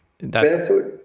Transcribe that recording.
Barefoot